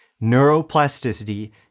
Neuroplasticity